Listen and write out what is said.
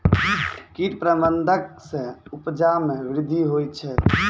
कीट प्रबंधक से उपजा मे वृद्धि होलो छै